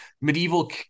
medieval